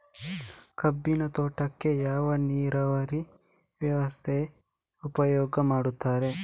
ಕಬ್ಬಿನ ತೋಟಕ್ಕೆ ಯಾವ ನೀರಾವರಿ ವ್ಯವಸ್ಥೆ ಉಪಯೋಗ ಮಾಡುತ್ತಾರೆ?